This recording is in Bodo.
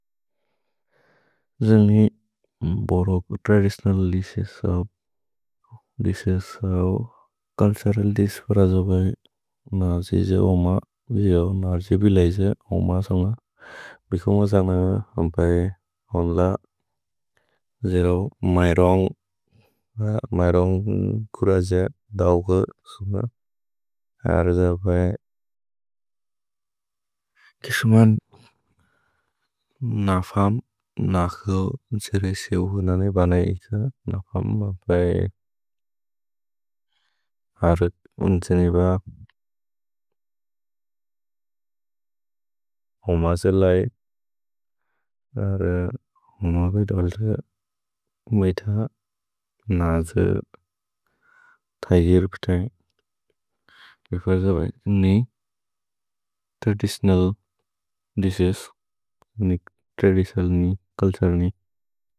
जेमि बोरोक् त्रदिसिओनल् लिसेसो, लिसेसो चुल्तुरल् लिसेसो प्रजो बै। नर्चि जे ओम, नर्चि बिलै जे ओम सन्ग। भिकुन्ग सन्ग, अम्पए ओन्ल जेओ मय्रोन्ग्, मय्रोन्ग् कुर जे दव्ग। अर्ज बै, किसुमन् नफम्, नखो, जेरे सेउ हुनने बनै इत। नफम् बै, अरुत् उन्त्जेनि ब, ओम जे लै। अर् होम बै दव्ल, मेथ, नज, थै हिर् पितै। अर्ज बै, ने त्रदिसिओनल् लिसेसो, त्रदिसिओनल् ने, चुल्तुरल् ने।